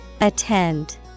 Attend